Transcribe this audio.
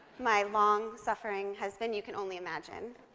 my long-suffering husband. you can only imagine.